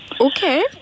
Okay